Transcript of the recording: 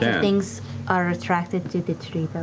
things are attracted to the tree, though.